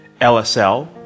LSL